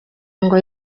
ngo